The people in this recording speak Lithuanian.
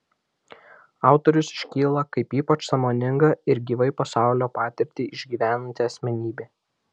autorius iškyla kaip ypač sąmoninga ir gyvai pasaulio patirtį išgyvenanti asmenybė